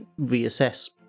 reassess